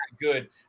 Good